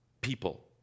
people